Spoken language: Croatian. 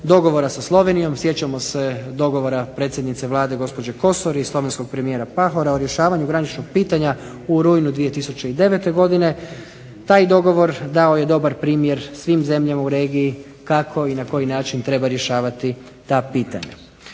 dogovora sa Slovenijom, sjećamo se dogovora predsjednice Vlade gospođe Kosor i slovenskog premijera Pahora o rješavanju graničnog pitanja u rujnu 2009. godine, taj dogovor dao je dobar primjer svima u regiji kako i na koji način treba rješavati ta pitanja.